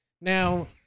Now